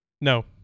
No